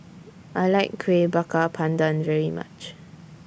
I like Kuih Bakar Pandan very much